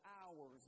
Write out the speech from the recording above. hours